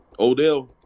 Odell